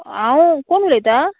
हांव कोण उलयतां